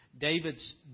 David's